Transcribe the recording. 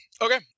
Okay